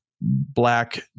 Black